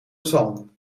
zalm